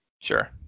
sure